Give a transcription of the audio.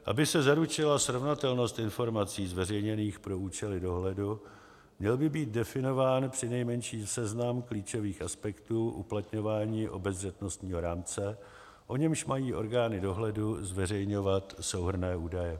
Aby se zaručila srovnatelnost informací zveřejněných pro účely dohledu, měl by být definován přinejmenším seznam klíčových aspektů uplatňování obezřetnostního rámce, o němž mají orgány dohledu zveřejňovat souhrnné údaje.